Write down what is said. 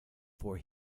for